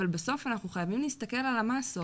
אבל בסוף אנחנו חייבים להסתכל על המאסות.